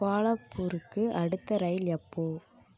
கோலாப்பூருக்கு அடுத்த ரயில் எப்போது